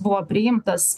buvo priimtas